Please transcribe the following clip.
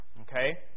Okay